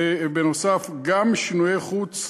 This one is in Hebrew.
ובנוסף, גם שינויי חוץ.